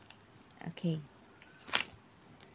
okay